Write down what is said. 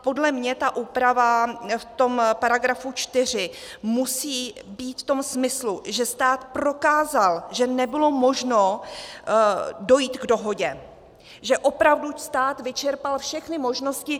Podle mě úprava v § 4 musí být ve smyslu, že stát prokázal, že nebylo možno dojít k dohodě, že opravdu stát vyčerpal všechny možnosti.